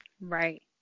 right